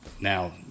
now